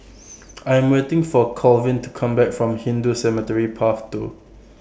I Am waiting For Colvin to Come Back from Hindu Cemetery Path two